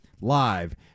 live